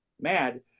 mad